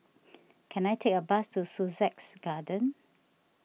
can I take a bus to Sussex Garden